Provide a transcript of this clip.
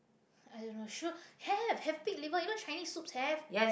I don't know should have have pig liver you know Chinese soups have